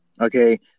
Okay